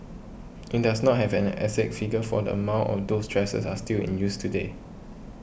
it does not have an exact figure for the amount of those dressers are still in use today